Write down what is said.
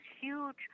huge